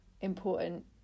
important